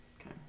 Okay